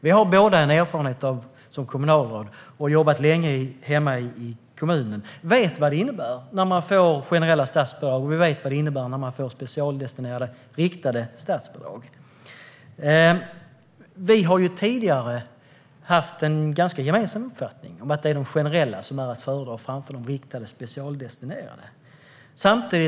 Vi har båda erfarenhet som kommunalråd och har jobbat länge hemma i kommunen. Vi vet vad det innebär när man får generella statsbidrag, och vi vet vad det innebär när man får specialdestinerade, riktade statsbidrag. Vi har tidigare haft en ganska gemensam uppfattning att de generella statsbidragen är att föredra framför de riktade, specialdestinerade bidragen.